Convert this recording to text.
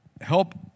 help